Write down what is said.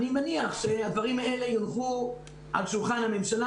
אני מניח שהדברים האלה יונחו על שולחן הממשלה